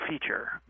feature